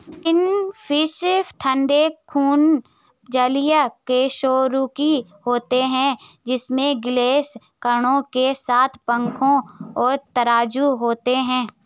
finfish ठंडे खून जलीय कशेरुकी होते हैं जिनमें गिल्स किरणों के साथ पंख और तराजू होते हैं